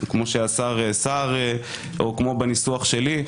כמו שהשר סער או כמו בניסוח שלי,